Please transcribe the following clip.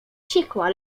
ciekła